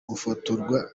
gufotorwa